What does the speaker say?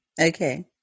Okay